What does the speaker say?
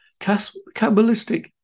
Kabbalistic